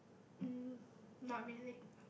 um not really